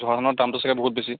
জহা ধানৰ দামটো চাগৈ বহুত বেছি